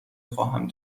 خواهم